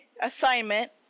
assignment